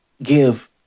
Give